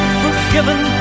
forgiven